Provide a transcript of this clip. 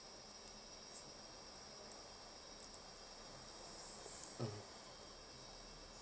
mm